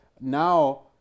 now